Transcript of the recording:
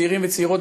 צעירים וצעירות,